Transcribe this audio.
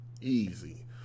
Easy